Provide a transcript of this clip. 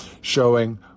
showing